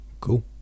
Cool